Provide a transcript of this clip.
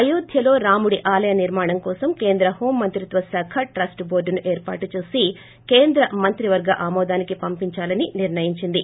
అయోధ్యలో రాముడి ఆలయం నిర్మాణం కోసం కేంద్ర హోంమంత్రిత్వశాఖ ట్రస్టు బోర్టును ఏర్పాటు చేసి కేంద్ర మంత్రివర్గ ఆమోదానికి పంపించాలని నిర్ణయించింది